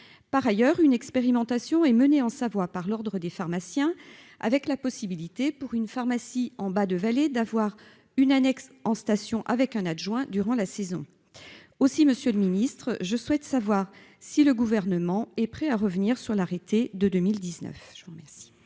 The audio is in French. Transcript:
Par ailleurs, une expérimentation est menée en Savoie par l'ordre des pharmaciens, avec la possibilité pour une pharmacie en bas de vallée d'avoir une annexe en station avec un adjoint durant la saison. Aussi, monsieur le ministre, je souhaite savoir si le Gouvernement est prêt à revenir par décret sur